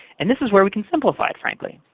and this is where we can simplify it, frankly.